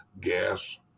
gas